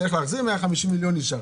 צריך להחזיר, 150 מיליון נשאר.